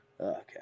Okay